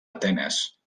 atenes